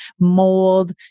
Mold